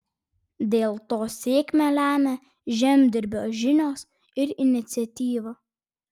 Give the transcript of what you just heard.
dėl to sėkmę lemia žemdirbio žinios ir iniciatyva